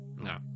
No